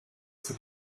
zur